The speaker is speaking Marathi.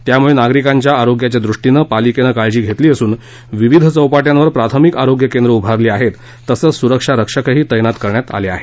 त्यामुळे नागरिकांच्या आरोग्याच्या दृष्टीनं पालिकेनं काळजी घेतली असून विविध चौपाट्यांवर प्राथमिक आरोग्य केंद्रं उभारली आहेत तसच सुरक्षा रक्षक ही तैनात करण्यात आले आहेत